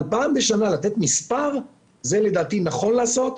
אבל פעם בשנה לתת מספר זה לדעתי נכון לעשות,